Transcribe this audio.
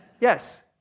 Yes